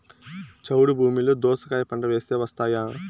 చౌడు భూమిలో దోస కాయ పంట వేస్తే వస్తాయా?